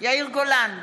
יאיר גולן,